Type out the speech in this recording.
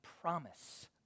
promise